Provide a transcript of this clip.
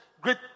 great